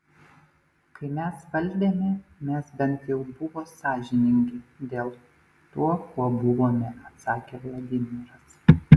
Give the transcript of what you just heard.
kai mes valdėme mes bent jau buvo sąžiningi dėl tuo kuo buvome atsakė vladimiras